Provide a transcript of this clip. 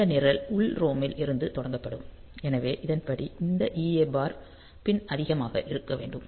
இந்த நிரல் உள் ROM இலிருந்து தொடங்கப்படும் எனவே இதன்படி இந்த EA பார் பின் அதிகமாக இருக்க வேண்டும்